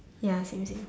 ya same same